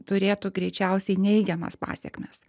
turėtų greičiausiai neigiamas pasekmes